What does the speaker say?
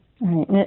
Right